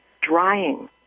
drying